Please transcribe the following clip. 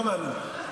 לא מאמין.